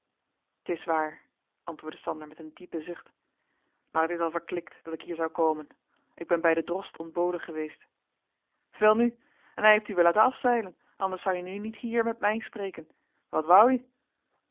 t is waar antwoordde sander met een diepen zucht maar het is al verklikt dat ik hier zou komen ik ben bij den drost ontboden geweest welnu en hij heeft u weer laten afzeilen anders zou je nu niet hier met mij spreken wat wou